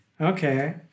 Okay